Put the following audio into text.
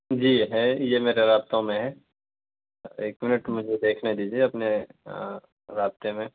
جی ہے یہ میرا رابطوں میں ہے ایک منٹ مجھے دیکھنے دیجیے اپنے رابطے میں